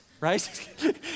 right